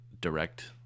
direct